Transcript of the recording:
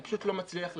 אני פשוט לא מצליח להבין.